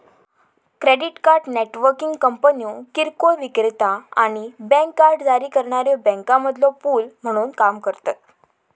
credit card networking कंपन्यो किरकोळ विक्रेता आणि बँक कार्ड जारी करणाऱ्यो बँकांमधलो पूल म्हणून काम करतत